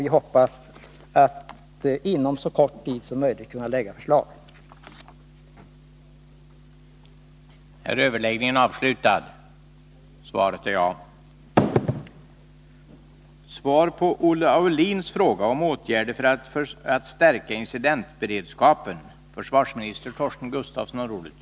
Vi hoppas att inom så kort tid som möjligt kunna lägga fram ett förslag på området.